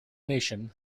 nation